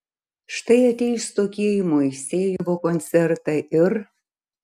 štai ateis tokie į moisejevo koncertą ir